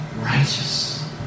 righteous